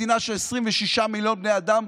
מדינה של 26 מיליון בני אדם,